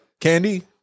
Candy